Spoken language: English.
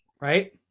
right